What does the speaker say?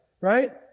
Right